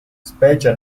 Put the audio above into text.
specie